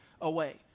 away